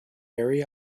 area